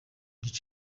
gice